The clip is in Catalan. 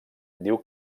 diu